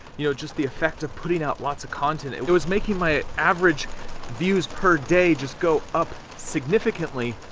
you know, just the effect of putting out lots of content, it was making my average views per day just go up significantly,